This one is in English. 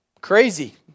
crazy